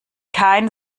kein